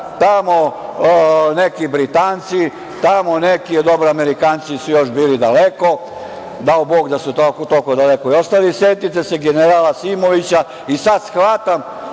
tamo neki Britanci, tamo neki, dobro, Amerikanci su još bili daleko, dao bog da su toliko daleko i ostali, setite se generala Simovića. Sad shvatam